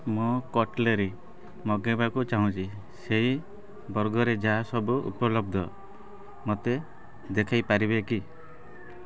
ମୁଁ କଟ୍ଲେରୀ ମଗାଇବାକୁ ଚାହୁଁଛି ସେହି ବର୍ଗରେ ଯାହା ସବୁ ଉପଲବ୍ଧ ମୋତେ ଦେଖାଇ ପାରିବେ କି